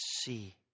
see